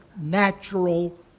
natural